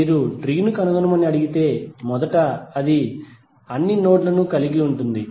మీరు ట్రీ ను కనుగొనమని అడిగితే మొదట అది అన్ని నోడ్ లను కలిగి ఉంటుంది